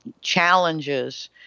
challenges